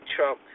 Trump